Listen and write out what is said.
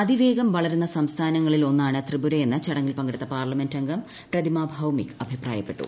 അധിവേഗം വളരുന്ന സംസ്ഥാനങ്ങളിൽ ഒന്നാണ് ത്രിപുരയെന്ന് ചടങ്ങിൽ പങ്കെടുത്ത പാർലമെന്റ് അംഗം ക്രിയിമ്ട്ടൌമിക് അഭിപ്രായപ്പെട്ടു